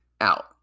out